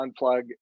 unplug